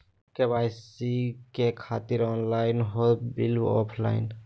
KYC से खातिर online हो बिल ऑफलाइन?